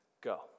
go